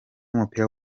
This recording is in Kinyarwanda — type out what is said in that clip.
w’umupira